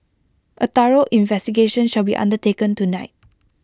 A thorough investigation shall be undertaken tonight